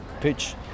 pitch